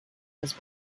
was